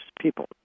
people